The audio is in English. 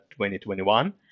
2021